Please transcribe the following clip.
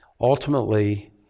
Ultimately